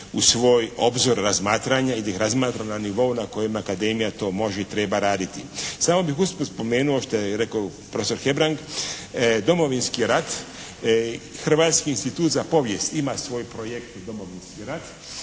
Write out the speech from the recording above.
u svoj obzir razmatranja i da ih razmatra na nivou na kojem Akademija to može i treba raditi. Samo bih usput spomenuo što je rekao profesor Hebrang, Domovinski rat, Hrvatski institut za povijest ima svoj projekt «Domovinski rat»